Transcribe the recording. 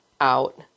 out